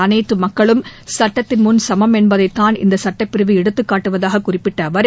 அனைத்து மக்களும் சட்டத்தின்முன் சமம் என்பதைத்தான் இந்தச் சுட்டப்பிரிவு எடுத்துக் காட்டுவதாக குறிப்பிட்ட அவர்